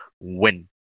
win